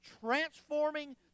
transforming